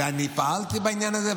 ואני פעלתי בעניין הזה.